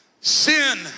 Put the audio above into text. Sin